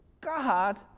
God